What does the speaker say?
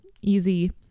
easy